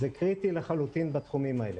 זה קריטי לחלוטין בתחומים האלה.